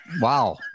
Wow